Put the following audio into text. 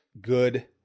good